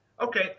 Okay